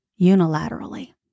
unilaterally